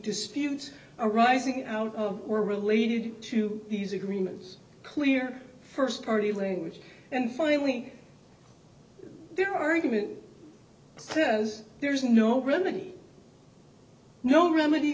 disputes arising out of or related to these agreements clear first party language and finally their argument as there is no remedy no remedy